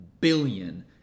billion